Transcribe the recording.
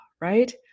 right